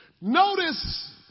Notice